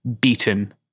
beaten